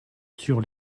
sur